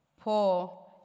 poor